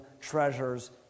treasures